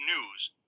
news